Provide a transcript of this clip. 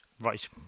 Right